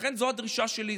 זו הדרישה שלי.